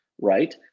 right